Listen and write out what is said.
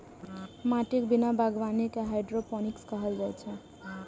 माटिक बिना बागवानी कें हाइड्रोपोनिक्स कहल जाइ छै